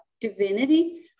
divinity